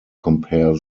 compare